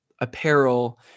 apparel